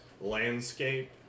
landscape